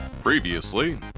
Previously